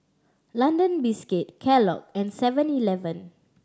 London Biscuit Kellogg and Seven Eleven